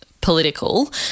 political